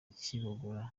kibogora